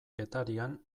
getarian